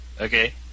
Okay